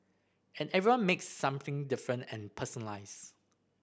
and everyone makes something different and personalised